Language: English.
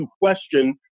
question